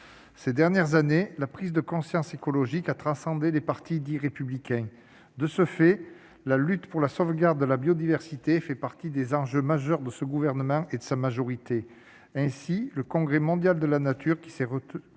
quelques années, la prise de conscience écologique a transcendé les partis dits « républicains »: de ce fait, la lutte pour la sauvegarde de la biodiversité fait partie des enjeux majeurs de ce gouvernement et de sa majorité. Ainsi, le Congrès mondial de la nature, qui s'est tenu